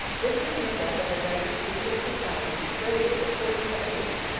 this was made up of a dozen secret societies graded according to age,